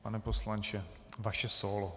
Pane poslanče, vaše sólo.